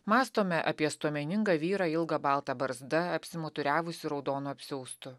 mąstome apie stuomeningą vyrą ilga balta barzda apsimuturiavusį raudonu apsiaustu